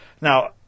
Now